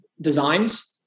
designs